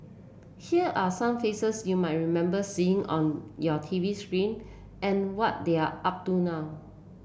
here are some faces you might remember seeing on your T V screen and what they're up to now